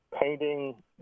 painting